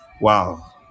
wow